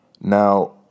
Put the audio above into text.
Now